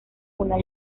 una